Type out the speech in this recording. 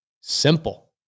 simple